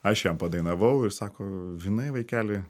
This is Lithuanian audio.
aš jam padainavau ir sako žinai vaikeli